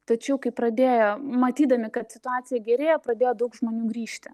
tačiau kai pradėjo matydami kad situacija gerėja pradėjo daug žmonių grįžti